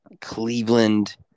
Cleveland